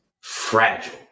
fragile